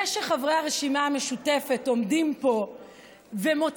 זה שחברי הרשימה המשותפת עומדים פה ומוציאים